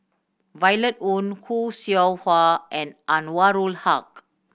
Violet Oon Khoo Seow Hwa and Anwarul Haque